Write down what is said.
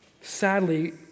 sadly